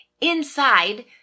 inside